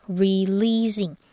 releasing